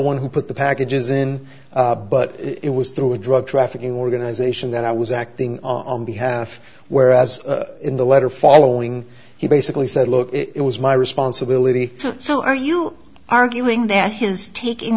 one who put the packages in but it was through a drug trafficking organization that i was acting on behalf whereas in the letter following he basically said look it was my responsibility so are you arguing that his taking